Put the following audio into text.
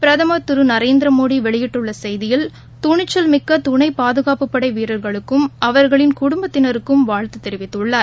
பிரதம் திரு நரேந்திரமோடி வெளியிட்டுள்ள செய்தியில் துணிச்சல் மிக்க துணை பாதுகாப்புப்படை வீரர்களுக்கும் அவர்களின் குடும்பத்தினருக்கும் வாழ்த்து தெரிவித்துள்ளார்